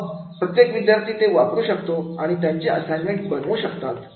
मग याला प्रत्येक विद्यार्थी वापरू शकतो आणि त्यांचे असाइनमेंट्स बनवू शकतात